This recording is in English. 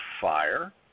fire